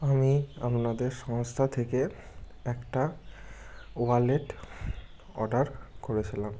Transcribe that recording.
আমি আপনাদের সংস্থা থেকে একটা ওয়ালেট অর্ডার করেছিলাম